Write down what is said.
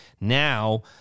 Now